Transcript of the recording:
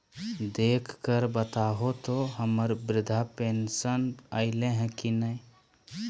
देख कर बताहो तो, हम्मर बृद्धा पेंसन आयले है की नय?